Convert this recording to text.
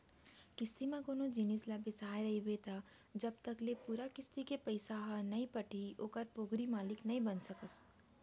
किस्ती म कोनो जिनिस ल बिसाय रहिबे त जब तक ले पूरा किस्ती के पइसा ह नइ पटही ओखर पोगरी मालिक नइ बन सकस